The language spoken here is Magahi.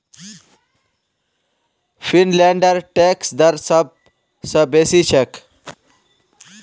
फिनलैंडेर टैक्स दर सब स बेसी छेक